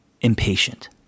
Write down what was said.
impatient